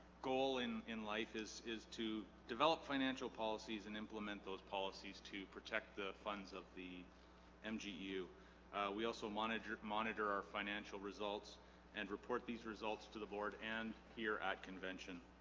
goal in in life is is to develop financial policies and implement those policies to protect the funds of the mgu we also monitor to monitor our financial results and report these results to the board and here at convention